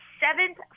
seventh